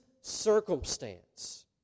circumstance